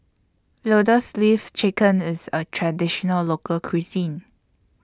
Lotus Leaf Chicken IS A Traditional Local Cuisine